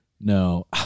No